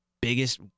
biggest